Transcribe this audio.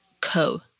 co